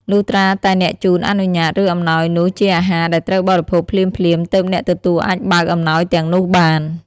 លុះត្រាតែអ្នកជូនអនុញ្ញាត ឬអំណោយនោះជាអាហារដែលត្រូវបរិភោគភ្លាមៗ ទើបអ្នកទទួលអាចបើកអំណោយទាំងនោះបាន។